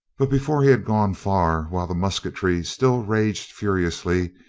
but before he had gone far, while the musketry still raged furiously,